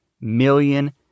million